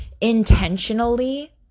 intentionally